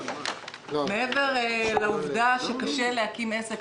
מעבר לעובדה שקשה להקים עסק,